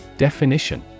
Definition